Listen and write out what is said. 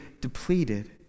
depleted